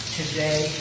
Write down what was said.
today